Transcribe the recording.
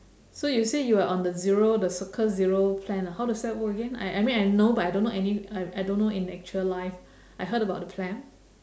so you said you are on the zero the circle zero plan ah how does that work again I I mean I know but I don't know any I don't know in actual life I heard about the plan